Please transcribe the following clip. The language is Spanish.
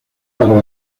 para